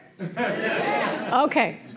Okay